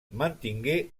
mantingué